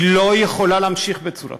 היא לא יכולה להמשיך בצורה כזאת,